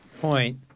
point